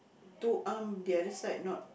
to um the other side not